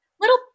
little